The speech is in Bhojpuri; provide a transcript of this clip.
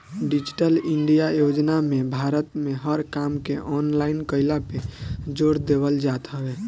डिजिटल इंडिया योजना में भारत में हर काम के ऑनलाइन कईला पे जोर देवल जात हवे